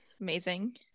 Amazing